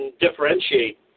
differentiate